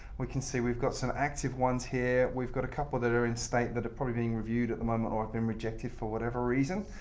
we can see we've got some active ones here. we've got a couple that are in state that are probably being reviewed at the moment or have been rejected for whatever reason.